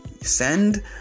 Send